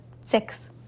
six